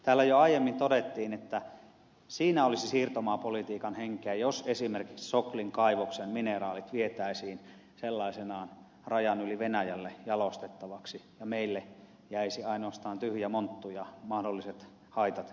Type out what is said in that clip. täällä jo aiemmin todettiin että siinä olisi siirtomaapolitiikan henkeä jos esimerkiksi soklin kaivoksen mineraalit vietäisiin sellaisenaan rajan yli venäjälle jalostettaviksi ja meille jäisi ainoastaan tyhjä monttu ja mahdolliset haitat katettaviksi